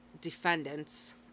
defendants